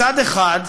מצד אחד,